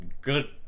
good